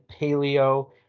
paleo